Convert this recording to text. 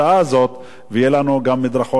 ויהיו לנו גם מדרכות וגם תשתיות.